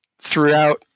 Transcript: throughout